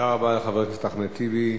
תודה רבה לחבר הכנסת אחמד טיבי.